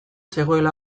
zegoela